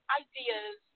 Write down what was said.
ideas